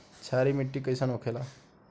क्षारीय मिट्टी कइसन होखेला?